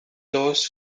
laws